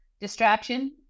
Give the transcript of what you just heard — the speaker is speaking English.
distraction